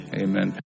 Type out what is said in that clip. amen